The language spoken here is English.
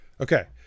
okay